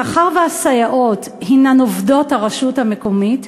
מאחר שהסייעות הִנן עובדות הרשות המקומית,